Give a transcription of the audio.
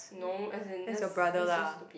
no as in that's that's so stupid